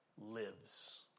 lives